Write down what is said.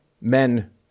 Men